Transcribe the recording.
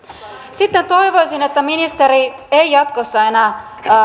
sitten toivoisin että ministeri ei jatkossa enää